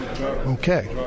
Okay